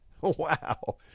Wow